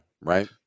Right